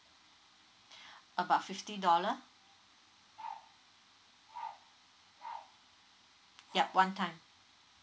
about fifty dollar yup one time